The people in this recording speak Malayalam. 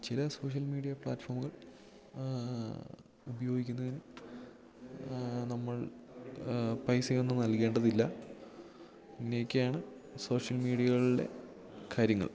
ചില സോഷ്യൽ മീഡിയ പ്ലാറ്റ്ഫോമുകൾ ഉപയോഗിക്കുന്നതിന് നമ്മൾ പൈസയൊന്നും നൽകേണ്ടതില്ല ഇങ്ങനെയൊക്കെയാണ് സോഷ്യൽ മീഡിയകളുടെ കാര്യങ്ങൾ